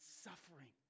suffering